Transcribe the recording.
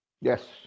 Yes